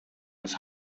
was